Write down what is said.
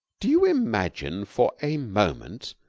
do you imagine for a moment?